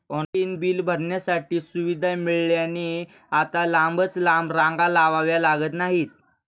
online bill भरण्याची सुविधा मिळाल्याने आता लांबच लांब रांगा लावाव्या लागत नाहीत